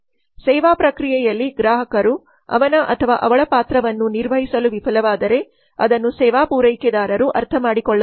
ಸೇವಾ ಪ್ರಕ್ರಿಯೆಯಲ್ಲಿ ಗ್ರಾಹಕರು ಅವನ ಅಥವಾ ಅವಳ ಪಾತ್ರವನ್ನು ನಿರ್ವಹಿಸಲು ವಿಫಲವಾದರೆ ಅದನ್ನು ಸೇವಾ ಪೂರೈಕೆದಾರರು ಅರ್ಥಮಾಡಿಕೊಳ್ಳಬೇಕು